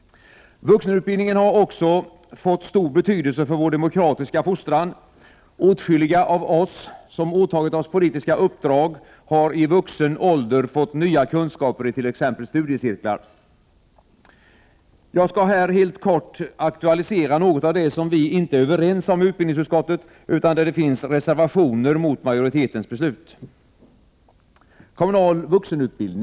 Vuxenutbildningen har också fått stor betydelse för vår demokratiska fostran. Åtskilliga av oss som åtagit oss politiska uppdrag har i vuxen ålder fått nya kunskaper i t.ex. studiecirklar. Jag skall här helt kort aktualisera några av de frågor som vi i utbildningsutskottet inte är överens om utan där det finns reservationer mot majoritetens beslut.